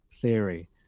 theory